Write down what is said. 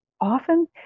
often